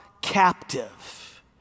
captive